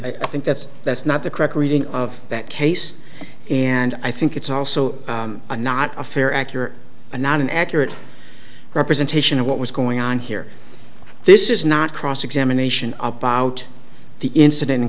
i think that's that's not the correct reading of that case and i think it's also not a fair accurate and not an accurate representation of what was going on here this is not cross examination about the incident in